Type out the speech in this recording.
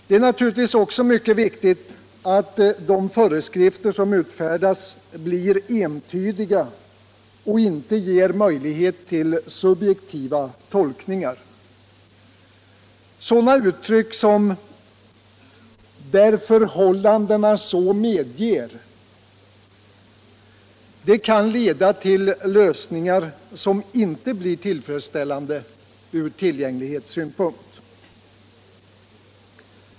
Det är naturligtvis också mycket viktigt att de föreskrifter som utfärdas blir entydiga och inte ger möjligheter till subjektiva tolkningar. Uttryck som ”där förhållandena så medger” kan exempelvis leda till lösningar som inte blir tillfredsställande ur tillgänglighetssynpunkt.